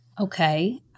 Okay